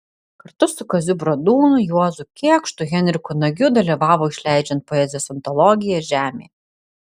kartu su kaziu bradūnu juozu kėkštu henriku nagiu dalyvavo išleidžiant poezijos antologiją žemė